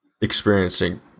experiencing